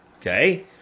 okay